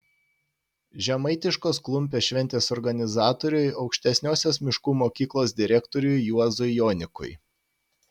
žemaitiškos klumpės šventės organizatoriui aukštesniosios miškų mokyklos direktoriui juozui jonikui